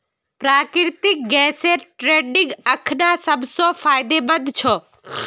प्राकृतिक गैसेर ट्रेडिंग अखना सब स फायदेमंद छ